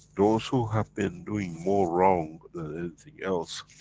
those, who have been doing more wrong, than anything else.